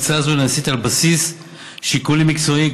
הקצאה זו נעשית על בסיס שיקולים מקצועיים,